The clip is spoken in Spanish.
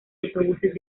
autobuses